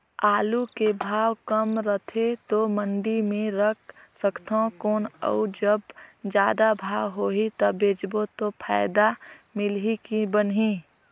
आलू के भाव कम रथे तो मंडी मे रख सकथव कौन अउ जब जादा भाव होही तब बेचबो तो फायदा मिलही की बनही?